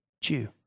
Jew